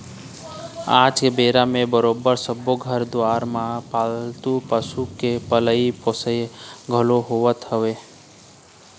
आज के बेरा म बरोबर सब्बो घर दुवार मन म पालतू पशु मन के पलई पोसई घलोक होवत हवय